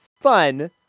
fun